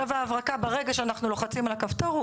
ברגע שאנחנו לוחצים על הכפתור,